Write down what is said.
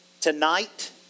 tonight